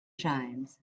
shines